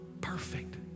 perfect